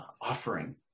offering